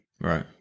Right